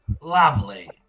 Lovely